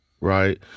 right